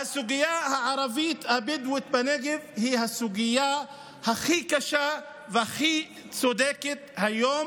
והסוגיה הערבית הבדואית בנגב היא הסוגיה הכי קשה והכי צודקת היום